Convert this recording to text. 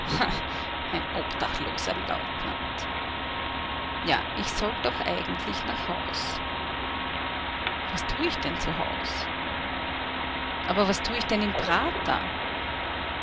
ein obdachloser leutnant ja ich sollt doch eigentlich nach haus was tu ich denn zu haus aber was tu ich denn im prater